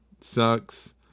sucks